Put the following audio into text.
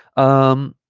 um